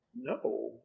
no